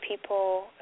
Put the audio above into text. people